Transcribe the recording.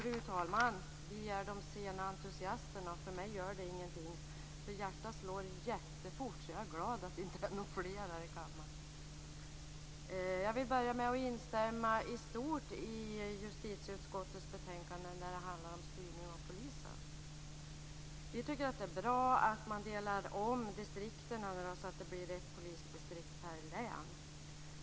Fru talman! Vi är de sena entusiasterna. För mig gör det ingenting, för hjärtat slår jättefort, så jag är glad att det inte är fler här i kammaren. Jag vill börja med att instämma i stort i justitieutskottets betänkande om styrning av polisen. Vi i Vänsterpartiet tycker att det är bra att man gör om distrikten nu så att det blir ett polisdistrikt per län.